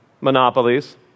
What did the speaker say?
monopolies